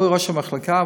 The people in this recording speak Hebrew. מראש המחלקה,